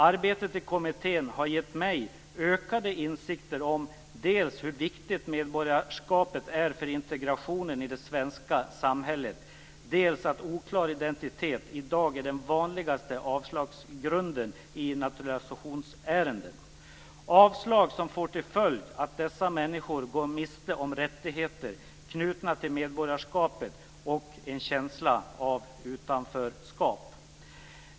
Arbetet i kommittén har gett mig ökade insikter om dels hur viktigt medborgarskapet är för integrationen i det svenska samhället, dels att oklar identitet i dag är den vanligaste avslagsgrunden i naturalisationsärenden. Det är avslag som får till följd att dessa människor går miste om rättigheter knutna till medborgarskapet och en känsla av utanförskap.